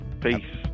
peace